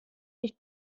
nicht